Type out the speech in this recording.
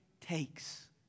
takes